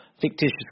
fictitious